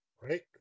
right